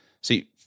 See